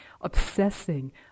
obsessing